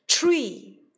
Tree